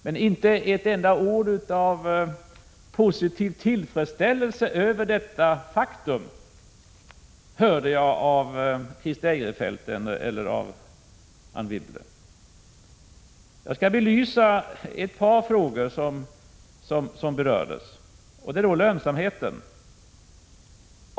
Men jag hörde inte ett enda ord av tillfredsställelse över detta faktum från vare sig Christer Eirefelt eller Anne Wibble. Jag skall belysa ett par av de frågor som berördes. Det gäller då först lönsamheten.